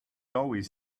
always